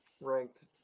ranked